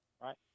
right